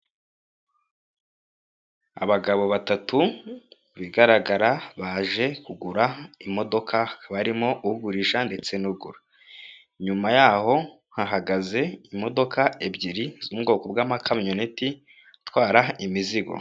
Abagabo batatu bigaragara baje kugura imodoka barimo ugurisha ndetse n'ugura, inyuma yaho hahagaze imodoka ebyiri z'ubwoko bw'amakamyoneti atwara imizigo.